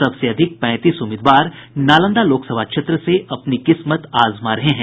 सबसे अधिक पैंतीस उम्मीदवार नालंदा लोकसभा क्षेत्र से अपनी किस्मत आजमा रहे हैं